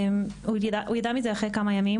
הוא גילה על זה אחרי כמה ימים,